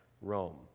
Rome